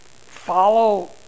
follow